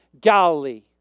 Galilee